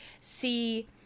see